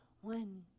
One